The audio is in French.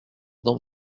dans